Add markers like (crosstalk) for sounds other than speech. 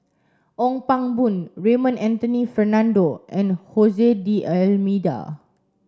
Ong Pang Boon Raymond Anthony Fernando and (unintelligible) D'almeida